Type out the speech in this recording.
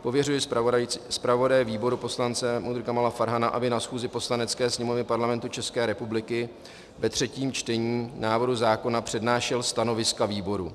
Pověřuje zpravodaje výboru poslance MUDr. Kamala Farhana, aby na schůzi Poslanecké sněmovny Parlamentu České republiky ve třetím čtení návrhu zákona přednášel stanoviska výboru.